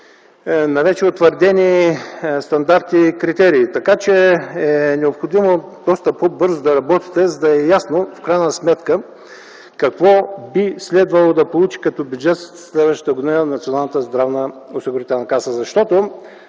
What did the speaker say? на вече утвърдени стандарти и критерии. Така че е необходимо доста по-бързо да работите, за да е ясно в крайна сметка какво би следвало да получи като бюджет следващата година Националната